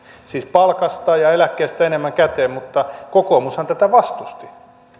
siis palkasta ja eläkkeestä enemmän käteen mutta kokoomushan tätä vastusti